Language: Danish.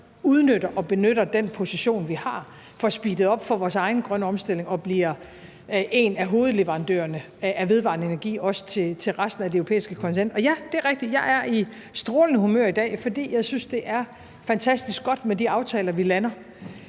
udnytter og benytter den position, vi har, og får speedet vores egen grønne omstilling op og bliver en af hovedleverandørerne af vedvarende energi, også til resten af det europæiske kontinent. Og ja, det er rigtigt, at jeg er i strålende humør i dag, fordi jeg synes, at det er fantastisk godt med de aftaler, vi lander.